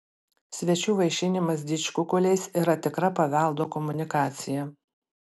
svečių vaišinimas didžkukuliais yra tikra paveldo komunikacija